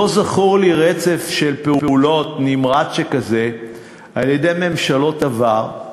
לא זכור לי רצף פעולות נמרץ שכזה על-ידי ממשלות עבר,